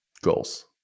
Goals